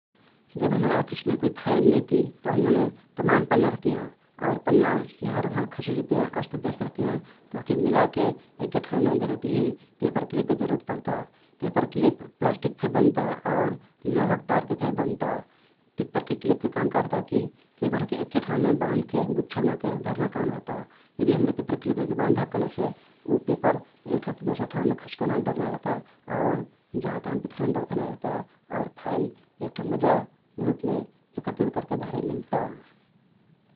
जब हम्रे आफिसमे कुइ फईल मिलैती तउ ओमने तमान पन्ना रहतियाँ आउर पन्ना यहाँ वहाँ खसक जितियाँ अस्तव्यस्त रहतियाँ तउ ओहके मिलाके एक्के ठाउँमे धरेक तहिन पेपर क्लिपके जरुरत पर्ता । पेपर क्लिप प्लास्टिकके फे बन्ता आउ आउ लोहक तारके फे बन्ता । पेपरके क्लिपके काम का रहता कि पेपर ओहके अक्के ठाउँमे बाँध्के गुछ्छा बनाके धर्ना काम रहता । यदि हम्रे पेपर क्लिप लैके बाँध दहब कहलेसे उ पेपर एक ठाउँ ति दोसर ठाउँमे खस्कना डर नाई रहता आउर जहाँ तहाँ बिथरना डर फे नाई रहता आउ फाईल एक ठो मजा रुपमे एकत्रित करके धरे मिल्ता ।